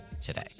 today